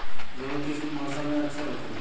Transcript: गेहूँ किस मौसम में अच्छे होते हैं?